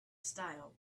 style